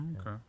Okay